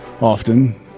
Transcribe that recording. Often